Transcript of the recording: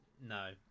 No